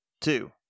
two